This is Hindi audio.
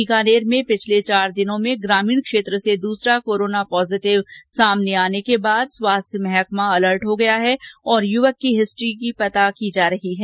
बीकानेर में पिछले चार दिनों में ग्रामीण क्षेत्र से दूसरा कोरोना पॉजिटिव सामने आने के बाद स्वास्थ्य महकमा अलर्ट हो गया है और युवक की हिस्ट्री पता की जा रही है